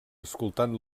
escoltant